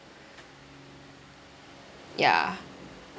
ya